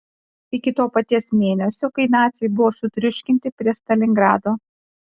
iki to paties mėnesio kai naciai buvo sutriuškinti prie stalingrado